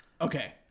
Okay